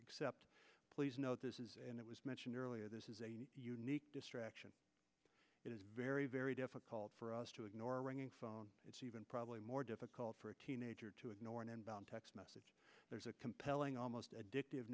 except please note this is and it was mentioned earlier this is a unique distraction it is very very difficult for us to ignore ringing phone it's even probably more difficult for a teenager to ignore an unbound text message there's a compelling almost addictive